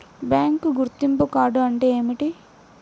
Bank గుర్తింపు card అంటే ఏమిటి?